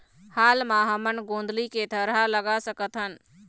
हाल मा हमन गोंदली के थरहा लगा सकतहन?